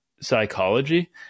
psychology